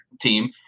team